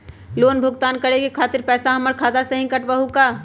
Loan भुगतान करे के खातिर पैसा हमर खाता में से ही काटबहु का?